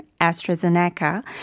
AstraZeneca